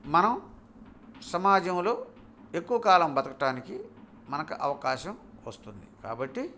మనం సమాజంలో ఎక్కువ కాలం బతకటానికి మనకు అవకాశం వస్తుంది కాబట్టి